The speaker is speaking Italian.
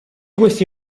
questi